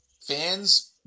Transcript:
fans